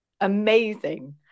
Amazing